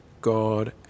God